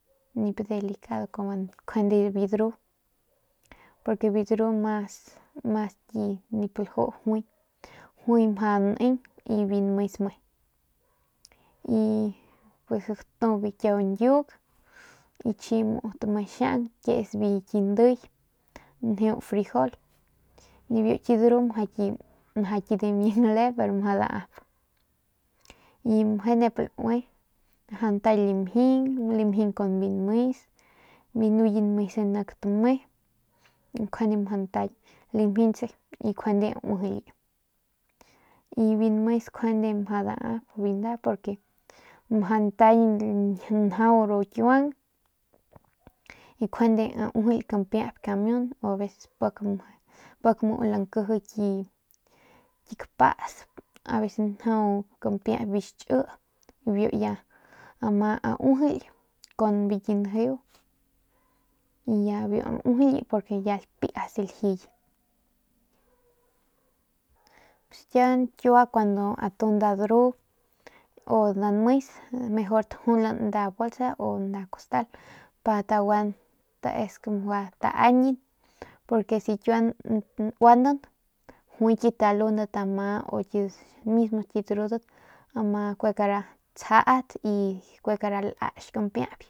Delicado nkjuande biu dru porque biu dru mas mas nip laju juay juay mjau neng y biu nmes me y pues gatu biu kiau ñyuk y chi tame xiau ke es biu ki ndiy njeu frijol nibiu ki dru mjau ki dimiang le pero mjau ki dap y meje nep laui mjau ntañ lamjing lamjing kun biu nmes biu nuye nmese biu nik tame y njuande mjau ntañ lamjintse nkjuande uijily y biu nmes nkjuande mjau dap biu nda porque mjau ntañ njau ru kiuang y nkjuande uijily kampiayp kamiun u aveces u pik muu lankiji ki kapas pik njau kampiayp biu xchi biu ama uijily kun biu ki njeu ya biu uijile y ya lapiatse lajiye, pus kian kiua kun atu nda dru u nda nmes mejor tajulan nda bolsa o nda costal pa taguan teskua taguan tañin porque si kiua nuanan juay kit talundat amadat o mismo kit drudat ama kue kara tsjat y kue kara lach kampiayp.